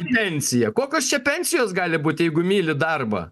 į pensiją kokios čia pensijos gali būti jeigu myli darbą